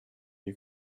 you